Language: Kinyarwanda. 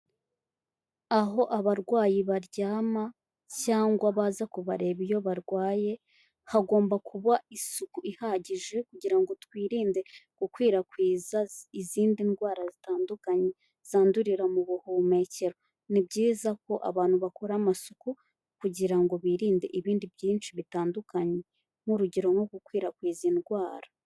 Aho abarwayi baryama cyangwa baza kubareba iyo barwaye, hagomba kuba isuku ihagije, kugira ngo twirinde gukwirakwiza izindi ndwara zitandukanye zandurira mu buhumekero. Ni byiza ko abantu bakora amasuku kugira ngo birinde ibindi byinshi bitandukanye. Nk'urugero nko gukwirakwiza indwara.